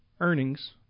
earnings